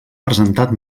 presentat